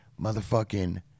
motherfucking